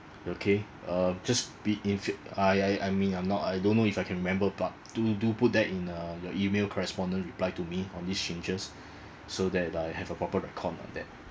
okay uh just be if I I I mean I'm not I don't know if I can remember but do do put that in uh your email correspondence reply to me on these changes so that I have a proper record of that